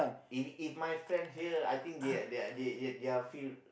if if my friend here I think their their they their feel